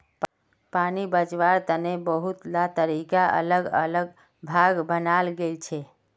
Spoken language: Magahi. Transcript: पानी बचवार तने बहुतला तरीका आर अलग अलग भाग बनाल गेल छे